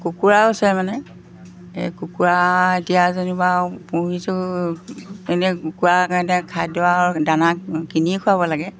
কুকুৰাও আছে মানে এই কুকুৰা এতিয়া যেনিবা পুহিছোঁ এনেই কুকুৰা কাৰণে এতিয়া খাদ্য দানা কিনিয়ে খুৱাব লাগে